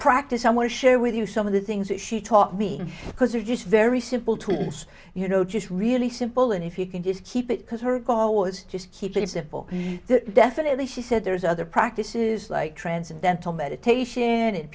practice i want to share with you some of the things that she taught me because they're just very simple tunes you know just really simple and if you can just keep it because her call was just keep it simple definitely she said there's other practices like transcendental meditation